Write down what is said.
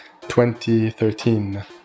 2013